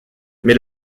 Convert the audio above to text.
mais